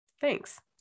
Thanks